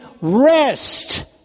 rest